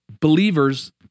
believers